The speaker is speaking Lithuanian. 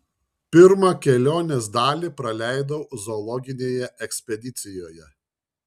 pirmą kelionės dalį praleidau zoologinėje ekspedicijoje